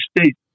state